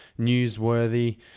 newsworthy